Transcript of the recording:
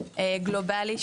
גלובלי,